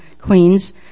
Queens